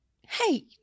hey